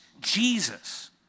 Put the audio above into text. Jesus